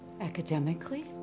Academically